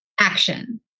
action